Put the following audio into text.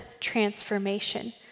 transformation